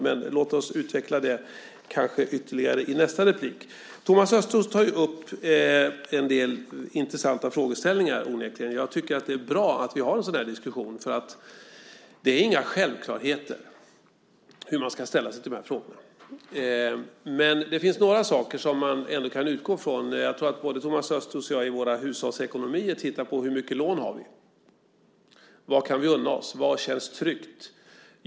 Men vi kanske kan utveckla det i nästa replik. Thomas Östros tar onekligen upp en del intressanta frågeställningar. Jag tycker att det är bra att vi har en sådan här diskussion, därför att det är inga självklarheter hur man ska ställa sig till de här frågorna. Det finns dock några saker som man ändå kan utgå ifrån. Jag tror att både Thomas Östros och jag i våra hushållsekonomier tittar på hur mycket lån vi har. Vad kan vi unna oss? Vad känns tryggt?